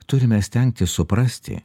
turime stengtis suprasti